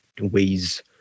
ways